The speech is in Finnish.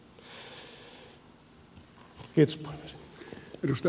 kiitos puhemies